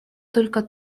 только